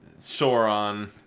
sauron